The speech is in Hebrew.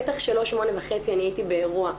בטח שלא 20:30. אני הייתי באירוע.